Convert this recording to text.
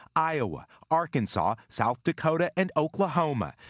iowa, arkansas, south dakota and oklahoma.